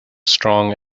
strong